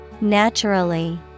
Naturally